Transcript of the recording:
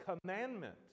commandment